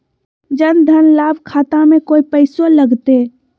जन धन लाभ खाता में कोइ पैसों लगते?